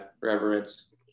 reverence